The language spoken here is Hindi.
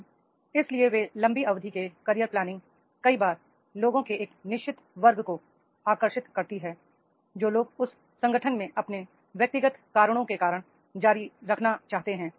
अब इसलिए ये लंबी अवधि के कैरियर प्ला निंग कई बार लोगों के एक निश्चित वर्ग को आक र्षि त करती हैं जो लोग उस संगठनमें अपने व्यक्तिगत कारणों के कारण जारी रखना चाहते हैं